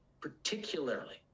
Particularly